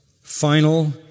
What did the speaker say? final